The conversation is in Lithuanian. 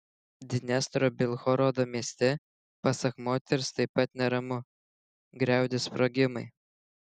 dniestro bilhorodo mieste pasak moters taip pat neramu griaudi sprogimai